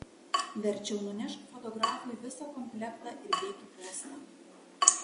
verčiau nunešk fotografui visą komplektą ir bėk į postą